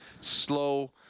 slow